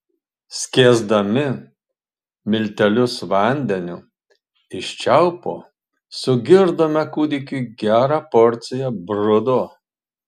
skiesdami miltelius vandeniu iš čiaupo sugirdome kūdikiui gerą porciją brudo